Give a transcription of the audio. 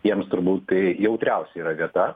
jiems turbūt tai jautriausia yra vieta